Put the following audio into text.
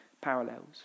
parallels